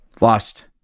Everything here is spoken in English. lost